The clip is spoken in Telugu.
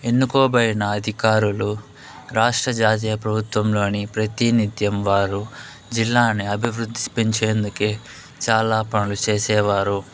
ఎన్నుకోబడిన అధికారులు రాష్ట్ర జాతీయ ప్రభుత్వంలోని ప్రతినిత్యం వారు జిల్లాను అభివృద్ధి స్పెంచేందుకే చాలా పనులు చేసేవారు